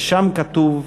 / ושם כתוב: